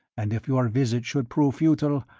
and if your visit should prove futile,